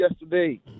yesterday